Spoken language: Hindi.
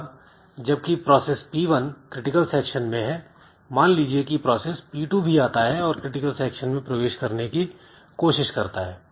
अब जबकि प्रोसेस P1 क्रिटिकल सेक्शन में है मान लीजिए की प्रोसेस P2 भी आता है और क्रिटिकल सेक्शन में प्रवेश करने की कोशिश करता है